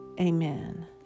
amen